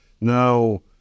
Now